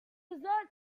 dessert